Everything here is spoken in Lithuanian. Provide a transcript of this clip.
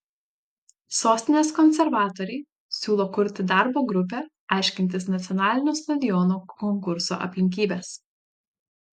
sostinės konservatoriai siūlo kurti darbo grupę aiškintis nacionalinio stadiono konkurso aplinkybes